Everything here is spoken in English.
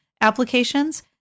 applications